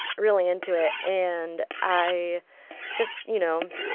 really into it. and i just, you know,